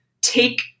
take